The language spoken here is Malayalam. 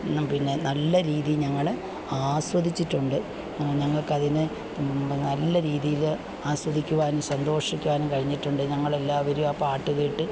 പിന്നെ നല്ല രീതീ ഞങ്ങള് ആസ്വദിച്ചിട്ടുണ്ട് ഞങ്ങള്ക്കതിന് നല്ല രീതിയില് അസ്വദിക്കുവാനും സന്തോഷിക്കാനും കഴിഞ്ഞിട്ടുണ്ട് ഞങ്ങളെല്ലാവരും ആ പാട്ട് കേട്ട്